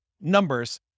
numbers